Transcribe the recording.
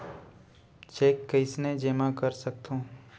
Cheque कईसने जेमा कर सकथो?